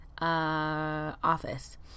office